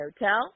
hotel